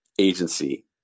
agency